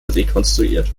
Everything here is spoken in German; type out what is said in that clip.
rekonstruiert